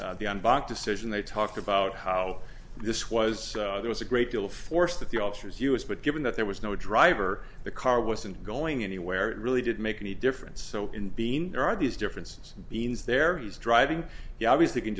in the bok decision they talked about how this was there was a great deal of force that the officers us but given that there was no driver the car wasn't going anywhere it really did make any difference in being there are these differences beings there who's driving you obviously can